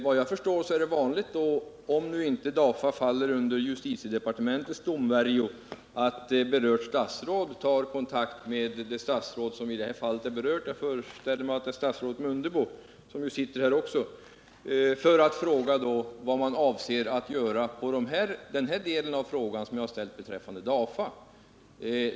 Vad jag förstår är det vanligt — om DAFA nu inte faller under justitiedepartementets domvärjo — att det statsråd som fått frågan tar kontakt med det statsråd frågan berör för att få besked om vad man avser att göra. Jag föreställer mig att det i det här fallet skulle gälla statsrådet Mundebo, som också sitter här.